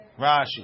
Rashi